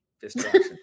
Distraction